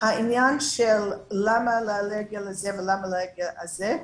העניין של למה לאלרגיה הזאת ולמה לאלרגיה הזאת,